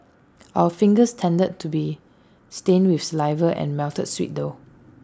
our fingers tended to be stained with saliva and melted sweet though